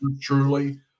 truly